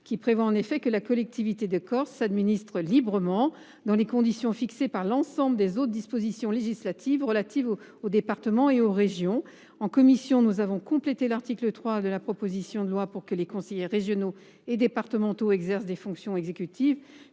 lequel prévoit que la collectivité de Corse s’administre librement, dans les conditions fixées par l’ensemble des autres dispositions législatives relatives aux départements et aux régions. En commission, nous avons complété l’article 3 de la proposition de loi afin que les conseillers régionaux et départementaux exerçant des fonctions exécutives